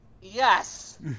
yes